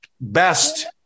best